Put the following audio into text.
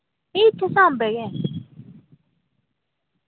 नेईं